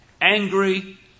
angry